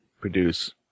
produce